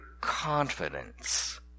confidence